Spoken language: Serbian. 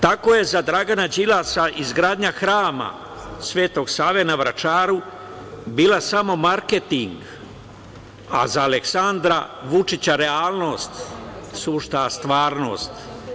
Tako je za Dragana Đilasa izgradnja Hrama Svetog Save na Vračaru bio samo marketing a za Aleksandra Vučića realnost, sušta stvarnost.